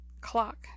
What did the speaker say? clock